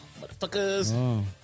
motherfuckers